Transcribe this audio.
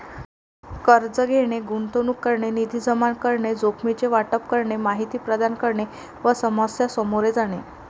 कर्ज घेणे, गुंतवणूक करणे, निधी जमा करणे, जोखमीचे वाटप करणे, माहिती प्रदान करणे व समस्या सामोरे जाणे